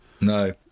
No